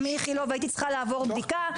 איכילוב והייתי צריכה לעבור בדיקה,